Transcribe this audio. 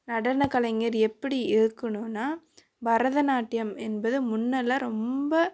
நடனக்கலைஞர் எப்படி இருக்கணும்னா பரதநாட்டியம் என்பது முன்னெல்லாம் ரொம்ப